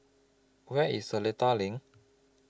Where IS Seletar LINK